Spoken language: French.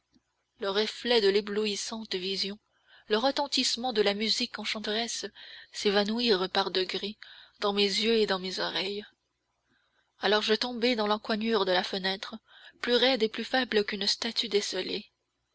le reflet de l'éblouissante vision le retentissement de la musique enchanteresse s'évanouirent par degrés dans mes yeux et dans mes oreilles alors je tombai dans l'encoignure de la fenêtre plus raide et plus faible qu'une statue